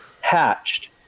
hatched